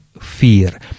fear